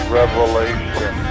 revelation